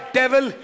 devil